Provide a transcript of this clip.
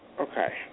Okay